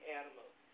animals